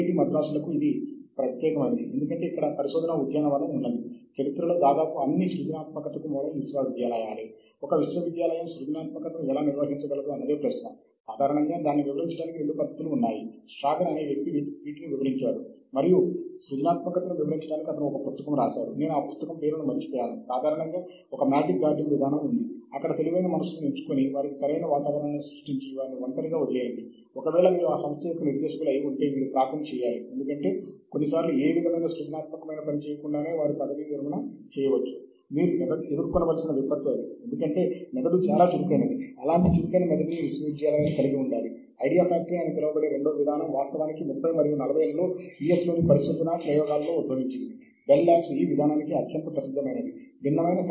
h index మళ్ళీ వివాదాస్పద సూచిక ఇది ప్రాథమికంగా ఒక నిర్దిష్ట రచయిత యొక్క ప్రచురణలు ఎన్నిసార్లు ఉదహరించబడ్డాయి అని సూచిస్తుంది మరియు వాటిలో ఎన్ని ప్రచురణలు రచనల సంఖ్యను మించిపోయాయి అంటే ప్రాథమికంగా ఒక రచయితకు h ఇండెక్స్ n ఉందని చెప్పినప్పుడు అతనికి n పత్రాలు ఉన్నాయి అవి n సార్లు లేదా అంతకంటే ఎక్కువ ఉదహరించబడ్డాయి అని అర్ధము